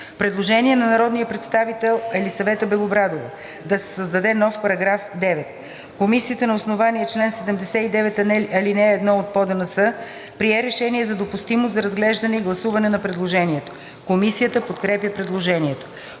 Предложение на народния представител Елисавета Белобрадова да се създаде нов § 9. Комисията на основание чл. 79, ал. 1 от ПОДНС прие решение за допустимост за разглеждане и гласуване на предложението. Комисията подкрепя предложението.